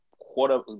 quarter